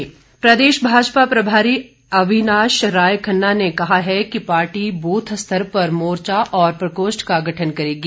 भाजपा प्रदेश भाजपा प्रभारी अविनाश राय खन्ना ने कहा है कि पार्टी ब्रथ स्तर पर मोर्चा और प्रकोष्ठ का गठन करेगी